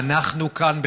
ואנחנו כאן,